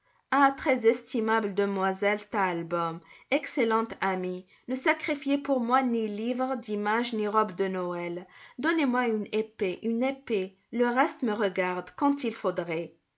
ah très estimable demoiselle stahlbaûm excellente amie ne sacrifiez pour moi ni livres d'images ni robe de noël donnez-moi une épée une épée le reste me regarde quand il faudrait